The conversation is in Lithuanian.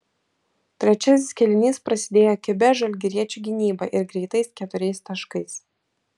trečiasis kėlinys prasidėjo kibia žalgiriečių gynyba ir greitais keturiais taškais